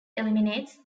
eliminates